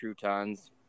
croutons